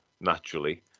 naturally